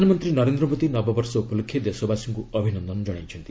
ପ୍ରଧାନମନ୍ତ୍ରୀ ନରେନ୍ଦ୍ର ମୋଦି ନବବର୍ଷ ଉପଲକ୍ଷେ ଦେଶବାସୀଙ୍କ ଅଭିନନ୍ଦନ କଶାଇନ୍ତି